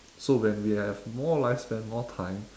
so when we have more lifespan more time